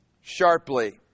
sharply